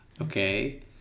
Okay